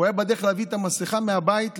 הוא היה בדרך להביא את המסכה מהבית,